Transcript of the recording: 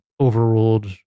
overruled